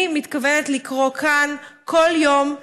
אני מתכוונת לקרוא כאן כל יום,